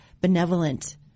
benevolent